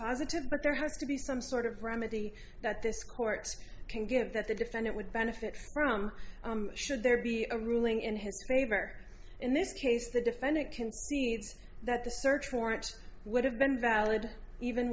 positive but there has to be some sort of remedy that this court can get that the defendant would benefit from should there be a ruling in his favor in this case the defendant concedes that the search warrant would have been valid even